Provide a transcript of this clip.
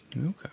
Okay